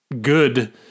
good